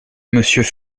monsieur